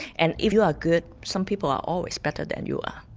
and if you are good, some people are always better than you are,